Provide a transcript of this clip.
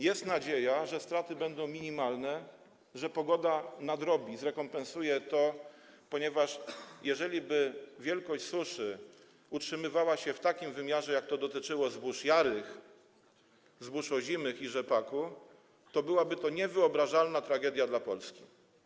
Jest nadzieja, że tu straty będą minimalne, że pogoda nadrobi, zrekompensuje to, ponieważ jeżeli susza utrzymywałaby się w takim wymiarze, jak to dotyczyło zbóż jarych, zbóż rodzimych i rzepaku, to byłaby to niewyobrażalna tragedia dla Polski.